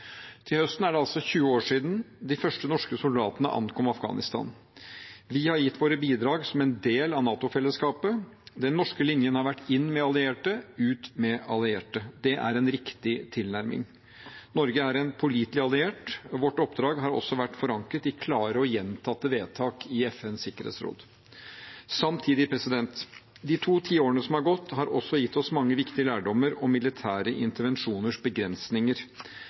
Til høsten er det altså 20 år siden de første norske soldatene ankom Afghanistan. Vi har gitt våre bidrag som en del av NATO-fellesskapet. Den norske linjen har vært inn med allierte, ut med allierte. Det er en riktig tilnærming. Norge er en pålitelig alliert, og vårt oppdrag har også vært forankret i klare og gjentatte vedtak i FNs sikkerhetsråd. Samtidig: De to tiårene som har gått, har også gitt oss mange viktige lærdommer om militære intervensjoners begrensninger